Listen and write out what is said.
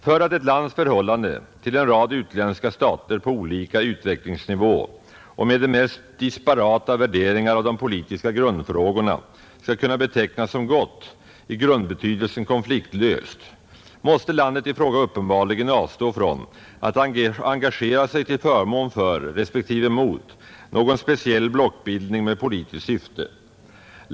För att ett lands förhållande till en rad utländska stater på olika utvecklingsnivå och med de mest disparata värderingar av de politiska grundfrågorna skall kunna betecknas som gott i grundbetydelsen konfliktlöst, måste landet i fråga uppenbarligen avstå från att engagera sig till förmån för, respektive emot, någon speciell blockbildning med politiskt syfte.